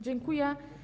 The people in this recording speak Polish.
Dziękuję.